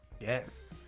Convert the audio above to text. yes